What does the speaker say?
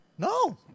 No